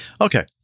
Okay